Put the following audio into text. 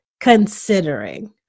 considering